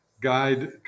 guide